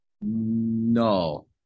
No